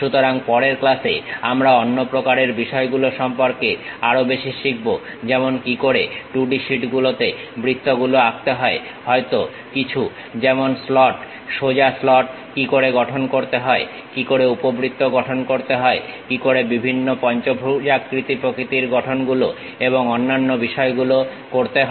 সুতরাং পরের ক্লাসে আমরা অন্য প্রকারের বিষয়গুলো সম্পর্কে আরো বেশি শিখব যেমন কি করে 2D শীটগুলোতে বৃত্তগুলো আঁকতে হয় হয়তো কিছু যেমন স্লট সোজা স্লট কি করে গঠন করতে হয় কি করে উপবৃত্ত গঠন করতে হয় কি করে বিভিন্ন পঞ্চভুজাকৃতি প্রকৃতির গঠন গুলো এবং অন্যান্য বিষয়গুলো করতে হয়